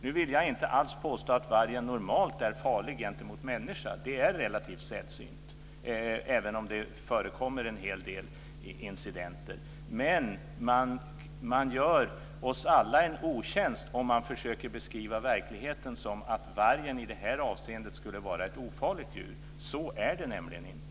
Nu vill jag inte alls påstå att vargen normalt är farlig gentemot människan - det är relativt sällsynt även om det förekommer en del incidenter - men man gör oss alla en otjänst om man försöker beskriva verkligheten som att vargen i det avseendet skulle vara ett ofarligt djur. Så är det inte.